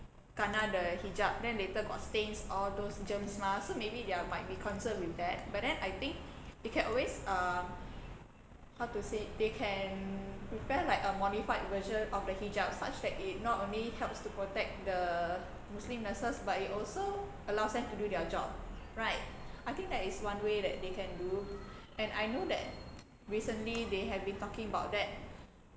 kena the hijab then later got stains all those germs mah so maybe they might be concerned with that but then I think they can always uh how to say they can prepare like a modified version of the hijab such that it not only helps to protect the muslim nurses but it also allows them to do their job right I think that is one way that they can do and I know that recently they have been talking about that